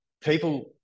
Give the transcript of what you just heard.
people